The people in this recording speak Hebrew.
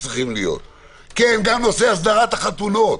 גם נושא הסדרת החתונות.